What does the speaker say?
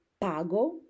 Pago